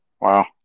Wow